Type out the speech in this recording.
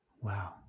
Wow